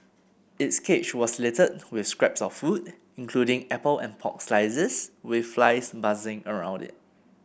its cage was littered with scraps of food including apple and pork slices with flies buzzing around it